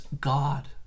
God